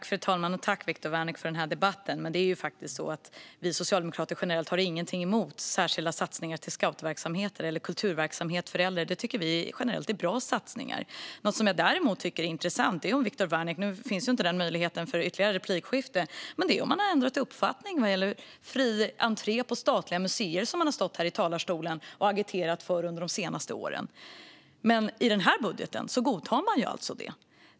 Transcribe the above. Fru talman! Tack, Viktor Wärnick, för den här debatten! Vi socialdemokrater har generellt ingenting emot särskilda satsningar till scoutverksamheter eller kulturverksamhet för äldre. Det tycker vi generellt är bra satsningar. Nu finns inte möjligheten för ett ytterligare replikskifte. Men det jag däremot tycker är intressant är om man har ändrat uppfattning om fri entré på statliga museer, den uppfattning som man har stått och agiterat för under de senaste åren. I den här budgeten godtar man det.